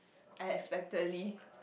unexpectedly